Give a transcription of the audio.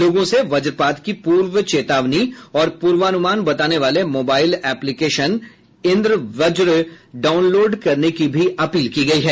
लोगों से वजपात की पूर्व चेतावनी और पूर्वानुमान बताने वाले मोबाइल एप्लीकेशन इन्द्रवज् डाउनलोड करने की भी अपील की गयी है